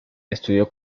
estudió